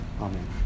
Amen